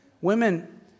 Women